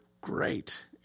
great